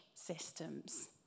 Systems